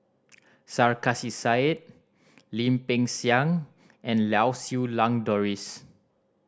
Sarkasi Said Lim Peng Siang and Lau Siew Lang Doris